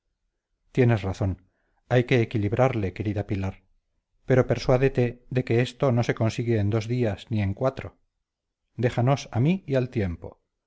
tienes razón hay que equilibrarle querida pilar pero persuádete de que esto no se consigue en dos días ni en cuatro déjanos a mí y al tiempo